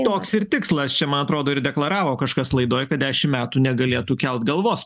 toks ir tikslas čia man atrodo ir deklaravo kažkas laidoje kad dešim metų negalėtų kelt galvos